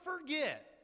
forget